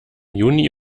juni